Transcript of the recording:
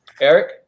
Eric